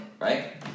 right